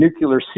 nuclear